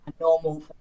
normal